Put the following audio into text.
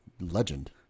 legend